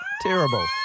Terrible